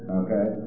okay